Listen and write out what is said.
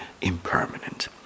impermanent